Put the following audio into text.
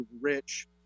rich